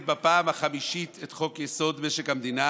בפעם החמישית את חוק-יסוד: משק המדינה